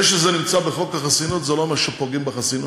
זה שזה נמצא בחוק החסינות לא אומר שפוגעים בחסינות.